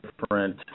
different